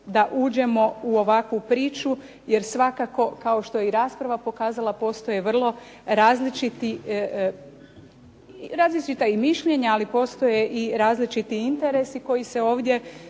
da uđemo u ovakvu priču jer svakako, kao što je i rasprava pokazala, postoje vrlo različita mišljenja, ali postoje i različiti interesi koji se ovdje